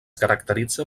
caracteritza